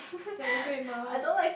celebrate mah